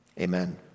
Amen